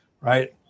right